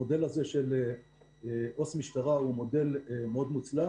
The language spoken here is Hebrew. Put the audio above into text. המודל הזה של עו"ס משטרה הוא מודל מאוד מוצלח